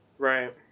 Right